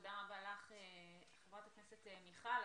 תודה רבה לך, חברת הכנסת מיכל.